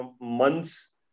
months